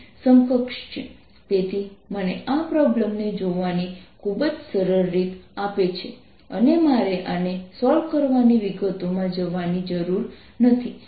જો કે આપણે આ પ્રોબ્લેમ શું છે કે આ પાતળી મોટી ડિસ્ક છે જેમાં ડિસ્કની ત્રિજ્યાની હદ જાડાઈ કરતા ઘણી મોટી હોય છે